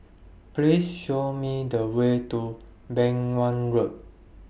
Please Show Me The Way to Beng Wan Road